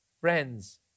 friends